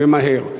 ומהר.